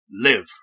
live